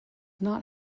not